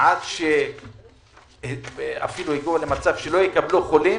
עד שהגיעו למצב שלא יקבלו חולים,